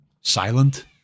silent